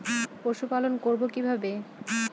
পশুপালন করব কিভাবে?